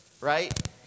right